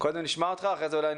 לא נמצא.